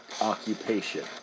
occupation